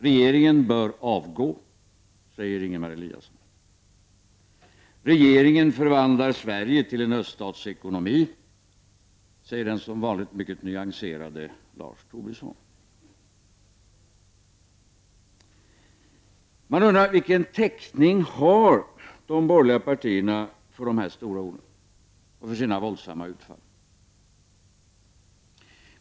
Regeringen bör avgå, säger Ingemar Eliasson. Regeringen förvandlar Sverige till en öÖststatsekonomi, säger den som vanligt mycket nyanserade Lars Tobisson. Man undrar vilken täckning de borgerliga partierna har för sina stora ord och för sina våldsamma utfall.